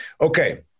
Okay